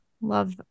Love